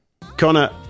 Connor